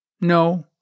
No